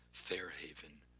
fair haven,